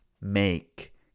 Make